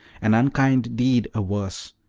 an unkind deed a worse,